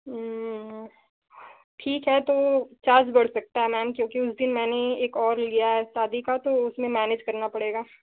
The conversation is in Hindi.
ठीक है तो चार्ज बढ़ सकता है मैम क्योंकि उस दिन मैंने एक और का लिया है शादी का तो उसे मैनेज करना पड़ेगा